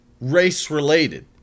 race-related